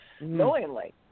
knowingly